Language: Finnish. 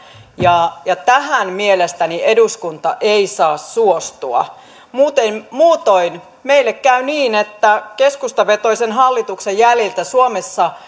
ja ja tähän eduskunta ei saa mielestäni suostua muutoin muutoin meille käy niin että keskustavetoisen hallituksen jäljiltä suomessa